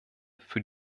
für